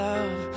Love